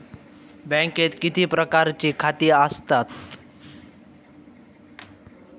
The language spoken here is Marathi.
बँकेत किती प्रकारची खाती आसतात?